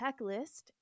checklist